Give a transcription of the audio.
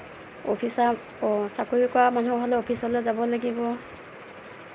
অফিচত চাকৰি কৰা মানুহ হ'লে অফিচলৈ যাব লাগিব